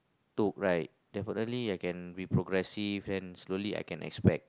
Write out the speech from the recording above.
took right definitely I can be progressive and slowly I can expect